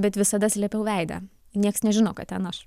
bet visada slepiu veidą nieks nežino ką ten aš